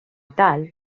tal